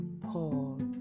Paul